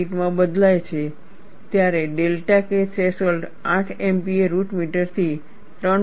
8 માં બદલાય છે ત્યારે delta K threshold 8 MPa root મીટરથી 3